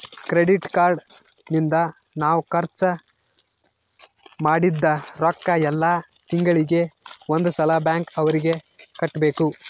credit card ನಿಂದ ನಾವ್ ಖರ್ಚ ಮದಿದ್ದ್ ರೊಕ್ಕ ಯೆಲ್ಲ ತಿಂಗಳಿಗೆ ಒಂದ್ ಸಲ ಬ್ಯಾಂಕ್ ಅವರಿಗೆ ಕಟ್ಬೆಕು